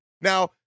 Now